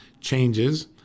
changes